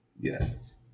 Yes